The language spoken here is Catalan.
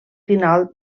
final